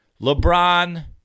LeBron